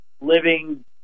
living